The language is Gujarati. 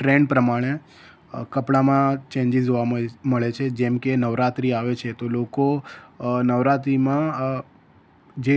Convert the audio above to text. ટ્રેન્ડ પ્રમાણે કપડામાં ચેંજિસ જોવા મળે છે જેમ કે નવરાત્રિ આવે છે તો લોકો નવરાત્રિમાં જે